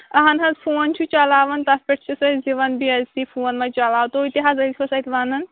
اَہن حظ فون چھُ چلاوان تَتھ پٮ۪ٹھ چھِس أسۍ دِوان بیزتی فون مہ چلاو تُہۍ تہِ حظ ٲسۍوُس اَتہِ وَنان